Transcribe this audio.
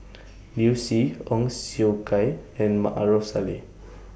Liu Si Ong Siong Kai and Maarof Salleh